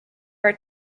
are